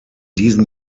diesen